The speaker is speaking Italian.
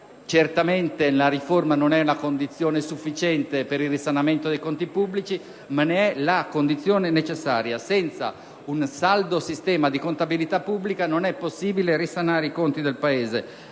Certamente la riforma non è una condizione sufficiente per il risanamento dei conti pubblici, ma ne è la condizione necessaria: senza un saldo sistema di contabilità pubblica non è possibile risanare i conti del Paese.